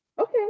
okay